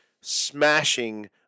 smashing